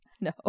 No